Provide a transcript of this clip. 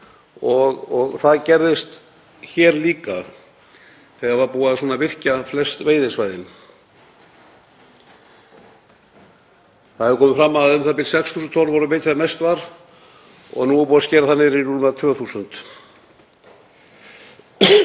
og það gerðist hér líka þegar var búið að virkja flest veiðisvæðin. Það hefur komið fram að u.þ.b. 6.000 tonn voru veidd þegar mest var og nú er búið að skera það niður í rúmlega 2.000